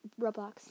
Roblox